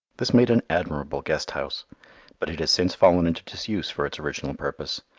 this made an admirable guest house but it has since fallen into disuse for its original purpose,